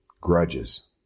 Grudges